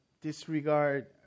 disregard